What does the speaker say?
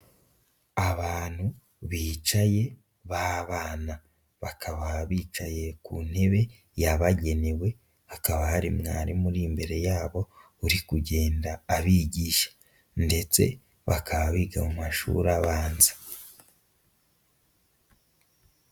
Abantu bicaye b'abana bakaba bicaye ku ntebe yabagenewe, hakaba hari mwarimu uri imbere yabo, uri kugenda abigisha ndetse bakaba biga mu mashuri abanza.